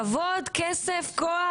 כבוד, כסף, כוח.